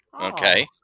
Okay